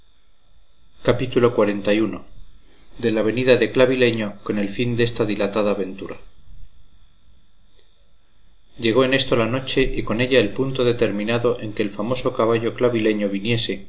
capítulo xli de la venida de clavileño con el fin desta dilatada aventura llegó en esto la noche y con ella el punto determinado en que el famoso caballo clavileño viniese